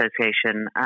Association